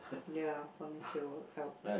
ya volunteer work help